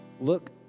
Look